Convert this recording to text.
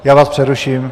Já vás přeruším.